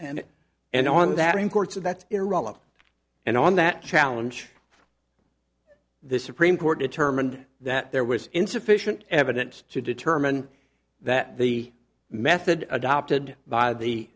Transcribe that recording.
iraq and on that challenge the supreme court determined that there was insufficient evidence to determine that the method adopted by the